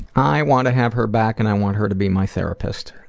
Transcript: i want to have her back and i want her to be my therapist.